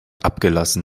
abgelassen